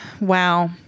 Wow